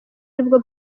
aribwo